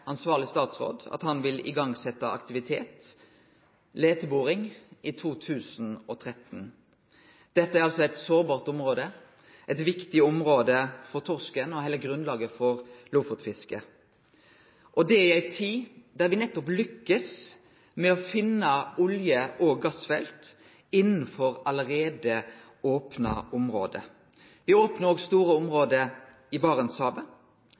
ansvarleg statsråd at han vil setje i gang aktivitet, leiteboring, i 2013. Dette er eit sårbart område og eit viktig område for torsken og heile grunnlaget for lofotfisket. Det er i ei tid der me nettopp lykkast med å finne olje- og gassfelt innanfor allereie opna område. Me opnar òg store område i